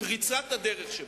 בפריצת הדרך שבו.